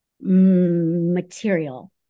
material